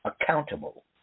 accountable